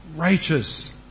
righteous